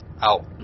out